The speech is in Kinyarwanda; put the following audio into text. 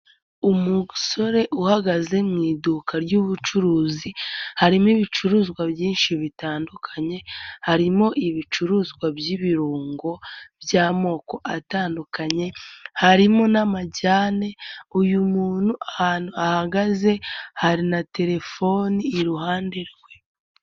Umusore uhagaze mu iduka ry'ubucuruzi, harimo ibicuruzwa byinshi bitandukanye, harimo ibicuruzwa by'ibirungo by'amoko atandukanye, harimo n'amajyane, uyu muntu ahantu ahagaze hari na terefoni iruhande rwe.